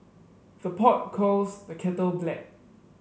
the pot calls the kettle black